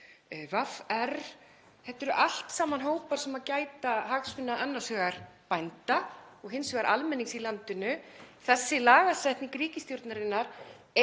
VR. Þetta eru allt saman hópar sem gæta hagsmuna annars vegar bænda og hins vegar almennings í landinu. Þessi lagasetning ríkisstjórnarinnar er